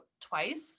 twice